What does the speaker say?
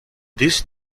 this